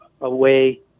away